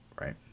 Right